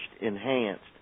enhanced